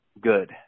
good